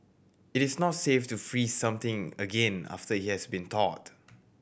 it is not safe to freeze something again after it has been thawed